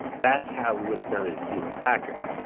that's how we would've done it at hewlett-packard.